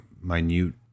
minute